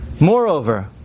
Moreover